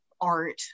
art